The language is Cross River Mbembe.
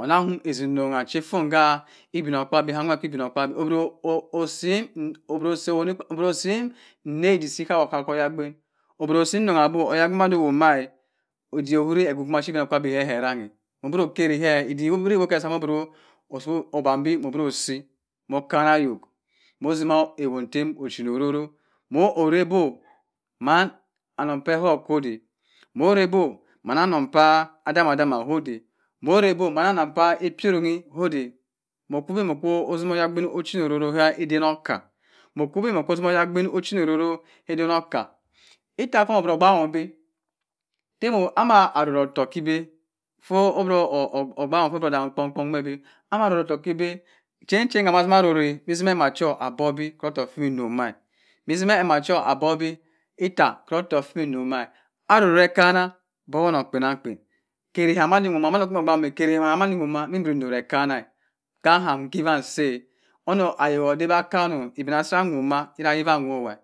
Onam osenungha che fungha ibina kpabi kah nwer si ibon okpabi uboro usim neh idik si ehawohawa oybin oboro sim namo oyagbin nwa wamme ofehere obinokpabi bebe aranghe oboro keriheh edik kuboro keh esama boro otogha obambe otogha usi muh okana ayok mutima ewon etem ocheno ororo moh orowo mann anem peh poh koh odey moh orep mana onom pah adamama koh odey moh orep mah mah anem pah api-erungu odey moh kwu beh muh kwu usimoh oyagbin ocheno ororo eden oka ita kwam oboro ogbaham obi nte anah aro otokk keh beh fur oboro ogbahim adamkpong kpong meh bi ana roro ato k keh beh chen chen keh mah atima atima arore atime ema cho abubi otokk fuh mi nore omma meh etimeh ema cho abobi ita horo otokk feh mo noma-eh aroro ekena bowoh onung kpenang kpen eri-ah mani-numa mbiri nore ekaneh kaham hewanse ohonsh ayok adewa akano evinah sah woma tinah ewawowah